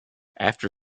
after